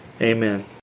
Amen